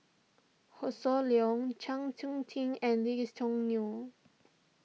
Hossan Leong Chng Seok Tin and Lee's Choo Neo